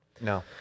No